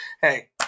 Hey